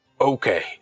Okay